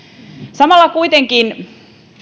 samalla kuitenkin